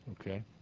Okay